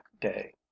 day